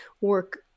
work